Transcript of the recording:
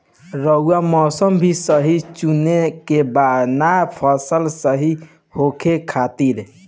रऊआ मौसम भी सही चुने के बा नु फसल सही होखे खातिर